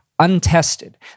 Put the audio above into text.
untested